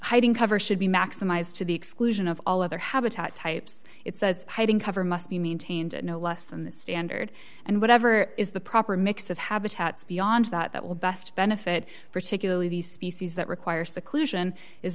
hiding cover should be maximized to the exclusion of all other habitat types it says hiding cover must be maintained no less than the standard and whatever is the proper mix of habitats beyond that that will best benefit particularly the species that require